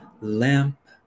lamp